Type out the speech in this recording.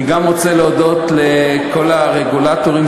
אני רוצה להודות גם לכל הרגולטורים